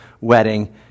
wedding